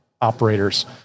operators